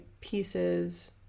pieces